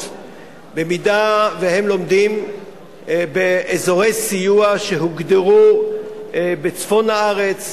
אם הם לומדים באזורי סיוע שהוגדרו בצפון הארץ,